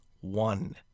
one